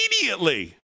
immediately